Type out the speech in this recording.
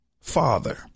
father